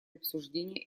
обсуждения